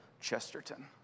Chesterton